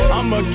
I'ma